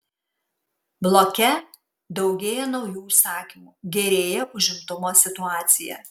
bloke daugėja naujų užsakymų gerėja užimtumo situacija